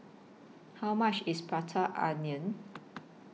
How much IS Prata Onion